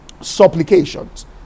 supplications